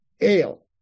Ale